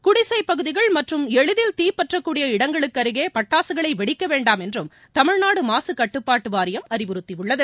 குடிசைப்பகுதிகள் மற்றும் எளிதில் தீப்பற்றக்கூடிய இடங்களுக்கு அருகே பட்டாசுகளை வெடிக்க வேண்டாம் என்றும் தமிழ்நாடு மாசுக்கட்டுப்பாட்டு வாரியம் அறிவுறுத்தியுள்ளது